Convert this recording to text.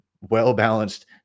well-balanced